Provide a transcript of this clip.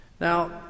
Now